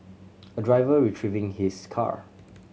a driver retrieving his car